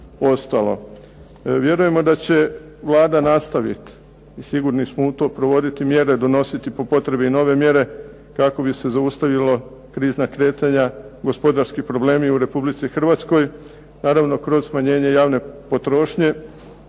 Vjerujemo da će Vlada nastaviti, sigurno smo u to, provoditi mjere, donositi po potrebi nove mjere kako bi se zaustavila krizna kretanja, gospodarski problemi u Republici Hrvatskoj, naravno kroz smanjenje javne potrošnje